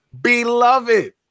beloved